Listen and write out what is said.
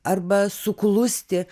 arba suklusti